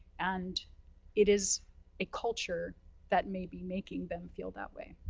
and it is a culture that may be making them feel that way.